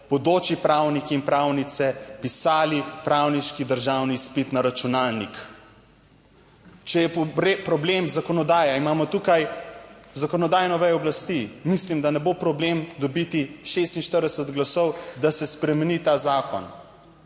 bodoči pravniki in pravnice pisali pravniški državni izpit na računalnik. Če je problem zakonodaja, imamo tukaj zakonodajno vejo oblasti. Mislim, da ne bo problem dobiti 46 glasov, da se spremeni ta zakon.